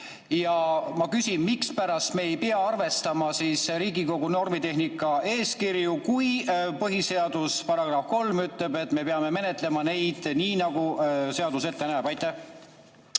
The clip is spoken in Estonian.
Ma küsin, mispärast me ei pea arvestama Riigikogu normitehnika eeskirju, kui põhiseaduse § 3 ütleb, et me peame menetlema neid nii, nagu seadus ette näeb. Aivar